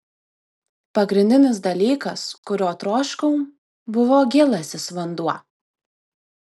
pagrindinis dalykas kurio troškau buvo gėlasis vanduo